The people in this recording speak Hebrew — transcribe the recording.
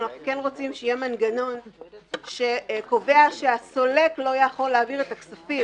אנחנו רוצים שיהיה מנגנון שקובע שהסולק לא יכול להעביר את הכספים.